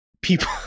people